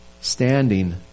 standing